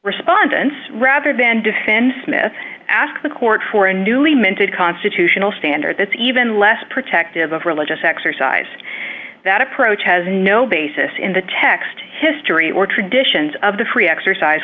respondents rather than defend smith ask the court for a newly minted constitutional standard that's even less protective of religious exercise that approach has no basis in the text history or traditions of the free exercise